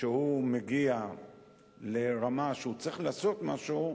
שהוא מגיע לרמה שהוא צריך לעשות משהו,